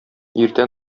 иртә